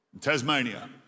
Tasmania